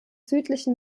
südlichen